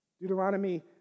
Deuteronomy